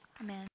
Amen